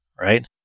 Right